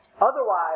otherwise